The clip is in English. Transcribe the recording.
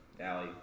Allie